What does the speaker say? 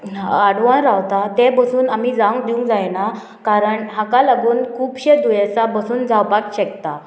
आडवान रावता तें बसून आमी जावंक दिवंक जायना कारण हाका लागून खुबशे दुयेंसा बसून जावपाक शकता